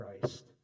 Christ